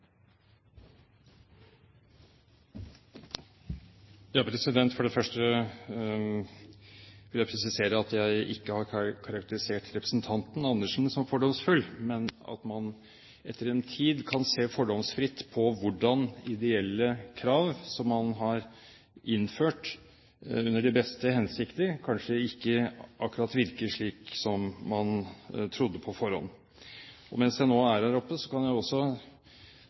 For det første vil jeg presisere at jeg ikke har karakterisert representanten Andersen som fordomsfull, men sagt at man etter en tid kan se fordomsfritt på hvordan ideelle krav som man har innført under de beste hensikter, kanskje ikke akkurat virker slik som man trodde på forhånd. Mens jeg nå er her oppe, kan jeg også